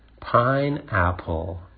Pineapple